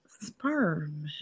sperm